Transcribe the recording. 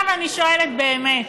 עכשיו אני שואלת באמת: